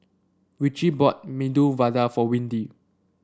Richie bought Medu Vada for Windy